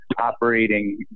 operating